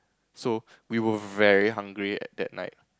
so we were very hungry at that night